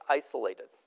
isolated